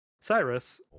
Cyrus